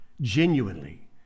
genuinely